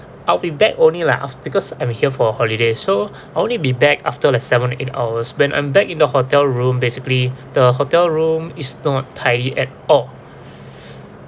I'll be back only like af~ because I'm here for holiday so I only be back after like seven eight hours when I'm back in the hotel room basically the hotel room is not tidy at all